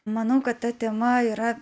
manau kad ta tema yra